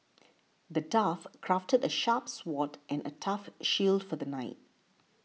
the dwarf crafted a sharp sword and a tough shield for the knight